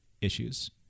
issues